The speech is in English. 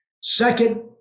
Second